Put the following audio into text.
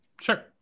sure